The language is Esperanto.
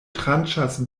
tranĉas